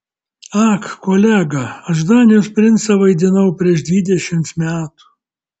ak kolega aš danijos princą vaidinau prieš dvidešimt metų